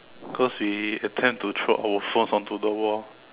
cause we attempt to throw our phones onto the wall